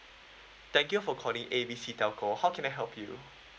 thank you for calling A B C telco how can I help you